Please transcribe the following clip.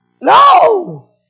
no